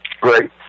Great